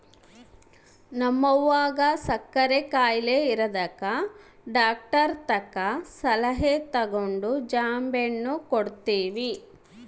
ನಮ್ವಗ ಸಕ್ಕರೆ ಖಾಯಿಲೆ ಇರದಕ ಡಾಕ್ಟರತಕ ಸಲಹೆ ತಗಂಡು ಜಾಂಬೆಣ್ಣು ಕೊಡ್ತವಿ